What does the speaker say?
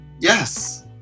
Yes